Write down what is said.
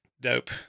dope